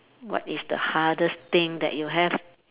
what is the hardest thing that you have